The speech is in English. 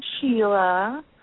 Sheila